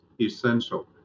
essential